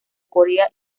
corea